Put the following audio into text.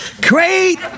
Great